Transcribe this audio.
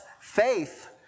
faith